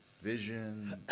vision